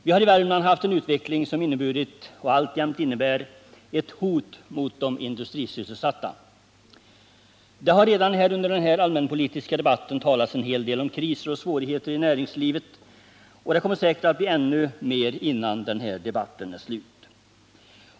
Vi hari Värmland haft en utveckling som inneburit och alltjämt innebär ett hot mot de industrisysselsatta. Det har under den här allmänpolitiska debatten redan talats en hel del om kriser och svårigheter i näringslivet, och det kommer säkert att bli ännu mer av detta innan debatten är slut.